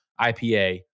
ipa